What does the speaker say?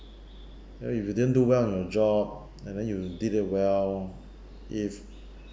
there if you didn't do well in your job and then you did it well if